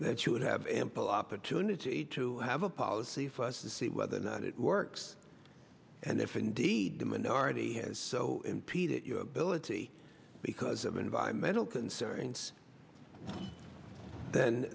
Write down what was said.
that you would have ample opportunity to have a policy for us to see whether or not it works and if indeed the minority has so impeded your ability because of environmental concerns th